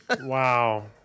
Wow